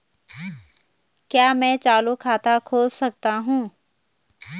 क्या मैं चालू खाता खोल सकता हूँ?